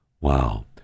wow